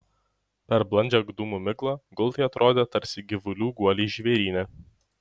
per blandžią dūmų miglą gultai atrodė tarsi gyvulių guoliai žvėryne